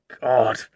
God